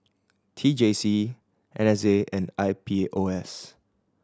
T J C N S A and I P O S